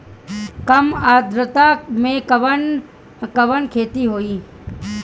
कम आद्रता में कवन कवन खेती होई?